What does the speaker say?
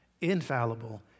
infallible